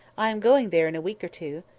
i am going there in a week or two.